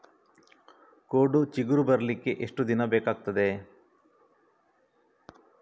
ಕೋಡು ಚಿಗುರು ಬರ್ಲಿಕ್ಕೆ ಎಷ್ಟು ದಿನ ಬೇಕಗ್ತಾದೆ?